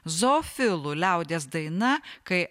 zoofilų liaudies daina kai